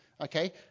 Okay